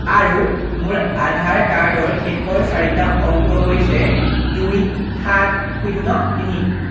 আৰু মোৰ আধাৰ কাৰ্ডৰ শেষৰ চাৰিটা অংক হৈছে দুই সাত শূন্য তিনি